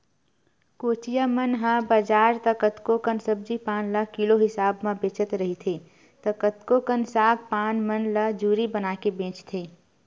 कोचिया मन ह बजार त कतको कन सब्जी पान ल किलो हिसाब म बेचत रहिथे त कतको कन साग पान मन ल जूरी बनाके बेंचथे